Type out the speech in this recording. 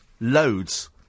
Loads